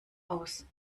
aus